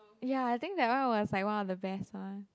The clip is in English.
ya I think that one was like one of the best ones